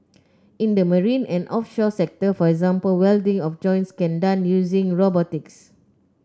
in the marine and offshore sector for example welding of joints can done using robotics